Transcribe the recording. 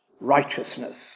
righteousness